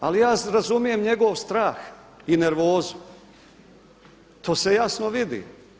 Ali ja razumijem njegov strah i nervozu, to se jasno vidi.